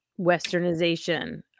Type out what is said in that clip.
westernization